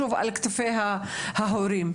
שוב על כתפי ההורים.